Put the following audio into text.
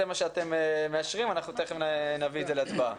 מה שאתם מאשרים אנחנו תיכף נביא את זה להצבעה.